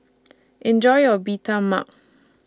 Enjoy your Bee Tai Mak